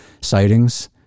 sightings